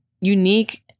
unique